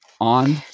on